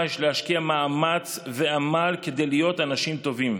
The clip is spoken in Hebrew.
יש להשקיע מאמץ ועמל כדי להיות אנשים טובים.